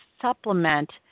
supplement